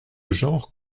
genre